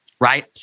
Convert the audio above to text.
right